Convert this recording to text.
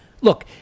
look